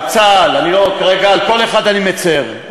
על צה"ל, על כל אחד אני מצר.